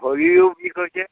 ভৰিও বিষ হৈছে